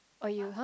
oh you !huh!